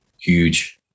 Huge